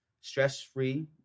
stress-free